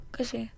Kasi